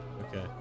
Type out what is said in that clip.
Okay